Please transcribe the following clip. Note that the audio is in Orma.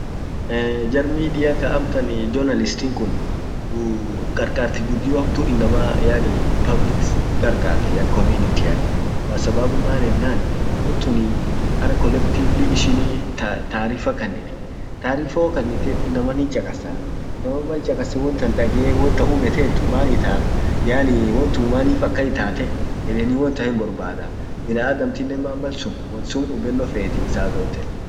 annin dursaa won guddio bitede mi kinkinen kanna, ammotu amtan mii kan illale mallan wollipa ed pochi tinti uf kasit uf kasa dabe iyyo kadi tinti wontan dudu ishia worrit lakise, dubattan amtan sila wonnan sikaded mii kan kasambonii ni ,mi kan ardabba ardabbe deke pochi sunif dekke amma kaddi taan lipeddun borbaddede dufeni ili mal anin lippe rawodet mi kinki kaan amtan sirra bithed kan ijemmedannii